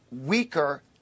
weaker